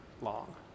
long